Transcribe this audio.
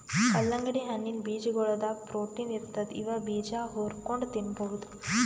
ಕಲ್ಲಂಗಡಿ ಹಣ್ಣಿನ್ ಬೀಜಾಗೋಳದಾಗ ಪ್ರೊಟೀನ್ ಇರ್ತದ್ ಇವ್ ಬೀಜಾ ಹುರ್ಕೊಂಡ್ ತಿನ್ಬಹುದ್